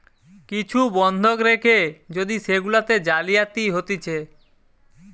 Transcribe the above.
কিছু বন্ধক রেখে যদি সেগুলাতে জালিয়াতি হতিছে